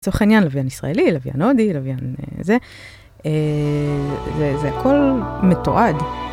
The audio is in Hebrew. לצורך העניין לווין ישראלי, לווין הודי, לווין זה, זה הכל מתועד.